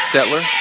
Settler